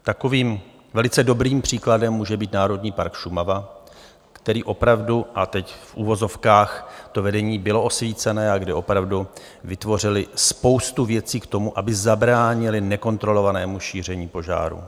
Takovým velice dobrým příkladem může být Národní park Šumava, který opravdu, a teď v uvozovkách, to vedení bylo osvícené a kde opravdu vytvořili spoustu věcí k tomu, aby zabránili nekontrolovanému šíření požáru.